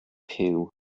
puw